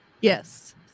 yes